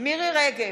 מירי מרים רגב,